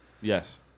Yes